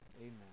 amen